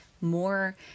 more